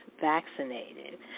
vaccinated